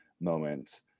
moment